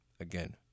Again